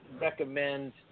recommend